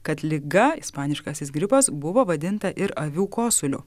kad liga ispaniškasis gripas buvo vadinta ir avių kosuliu